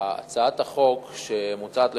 הצעת החוק שמונחת לפנינו,